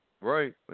Right